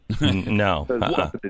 No